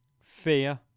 fear